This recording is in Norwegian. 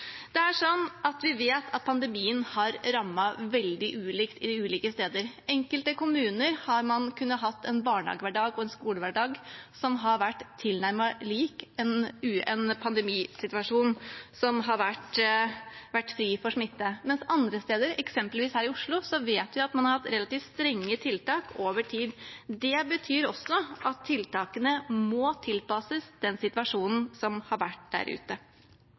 Vi vet at pandemien har rammet veldig ulikt på ulike steder. I enkelte kommuner har man kunnet ha en barnehagehverdag og en skolehverdag som har vært tilnærmet lik, en pandemisituasjon som har vært fri for smitte, mens andre steder, eksempelvis her i Oslo, vet vi at man har hatt relativt strenge tiltak over tid. Det betyr også at tiltakene må tilpasses den situasjonen som har vært der ute.